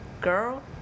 Girl